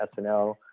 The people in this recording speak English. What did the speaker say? SNL